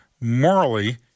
morally